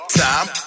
time